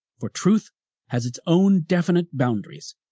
for truth has its own definite boundaries,